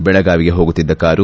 ಬೆಳಗಾವಿಗೆ ಹೋಗುತ್ತಿದ್ದ ಕಾರು